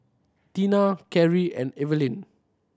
Tina Karie and Evaline